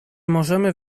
możemy